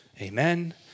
amen